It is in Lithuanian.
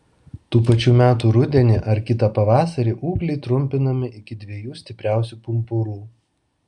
tų pačių metų rudenį ar kitą pavasarį ūgliai trumpinami iki dviejų stipriausių pumpurų